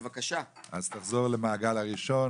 אז תחזור למעגל ראשון,